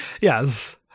yes